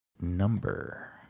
number